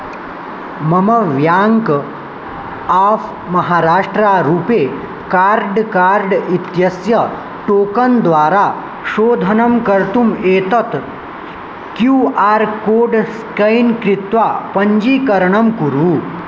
मम bank of Maharashtra RuPay card card इत्यस्य token द्वारा शोधनं कर्तुम् एतत् क्यू आर् कोड् स्कैन् कृत्वा पञ्जीकरणं कुरु